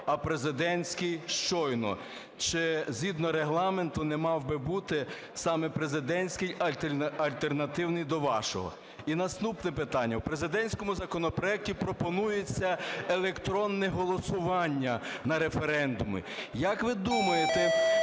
а президентській щойно. Чи згідно Регламенту не мав би бути саме президентський альтернативний до вашого? І наступне питання. В президентському законопроекті пропонується електронне голосування на референдумі. Як ви думаєте,